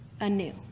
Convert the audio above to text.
anew